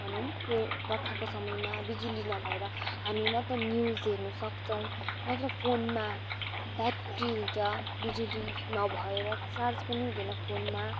भनौँ बर्खाको समयमा बिजुली नभएर हामी न त न्युज हेर्न सक्छौँ न त फोनमा ब्याट्री हुन्छ बिजुली नभएर चार्ज पनि हुँदैन फोनमा